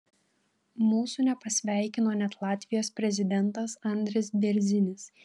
mūsų nepasveikino net latvijos prezidentas andris bėrzinis